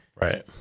Right